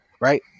right